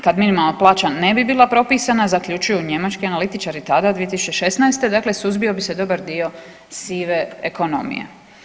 Kad minimalna plaća ne bi bila propisana zaključuju njemački analitičari tada 2016. dakle suzbio se bi se dobar dio sive ekonomije.